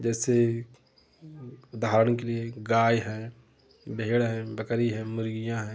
जैसे उदाहरण के लिए गाय है भेड़ हैं बकरी है मुर्गियाँ हैं